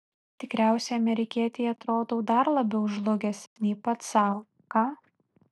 tikriausiai amerikietei atrodau dar labiau žlugęs nei pats sau ką